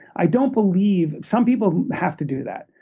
i don't believe some people have to do that.